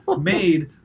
made